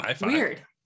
weird